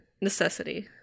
necessity